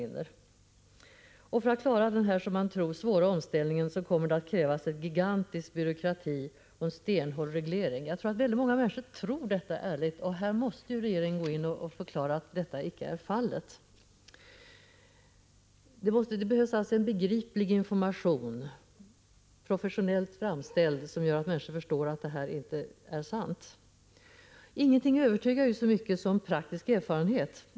Människor har därför uppfattningen att det för att man skall klara denna som man tror svåra omställning kommer att krävas en gigantisk byråkrati och en stenhård reglering. Detta är vad väldigt många människor faktiskt tror. Regeringen måste förklara att så icke är fallet. Här behövs alltså en begriplig, professionellt framställd information, som gör att människor förstår att detta inte är sant. Ingenting övertygar så mycket som praktisk erfarenhet.